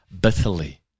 bitterly